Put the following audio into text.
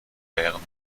wären